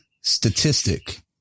statistic